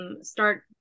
start